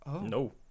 no